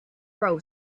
row